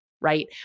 right